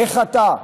איך אתה,